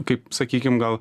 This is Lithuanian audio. kaip sakykim gal